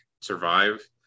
survive